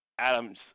Adams